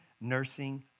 nursing